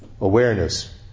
awareness